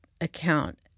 account